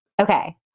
Okay